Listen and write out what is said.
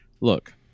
look